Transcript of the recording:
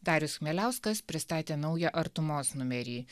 darius chmieliauskas pristatė naują artumos numerį